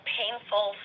painful